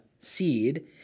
Seed